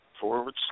forward